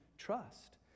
trust